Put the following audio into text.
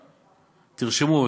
תרשמו,